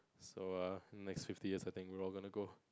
so err next fifty years I think we're all gonna go